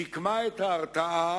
שיקמה את ההרתעה,